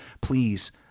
Please